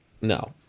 no